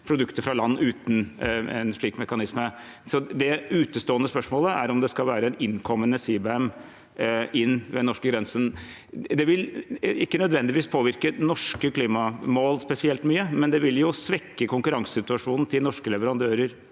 produkter fra land uten en slik mekanisme. Det utestående spørsmålet er om det skal være en innkommende CBAM ved den norske grensen. Det vil ikke nødvendigvis påvirke norske klimamål spesielt mye, men hvis det er slik at man kan utkonkurreres